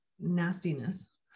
nastiness